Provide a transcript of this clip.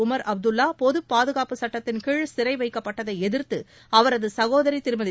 Umar Abdullah பொது பாதுகாப்பு சுட்டத்தின் கீழ் சிறை வைக்கப்பட்டதை எதிர்த்து அவரது சகோதரி திருமதி